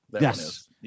Yes